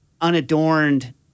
unadorned